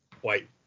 white